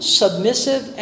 submissive